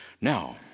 Now